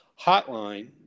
hotline